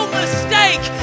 mistake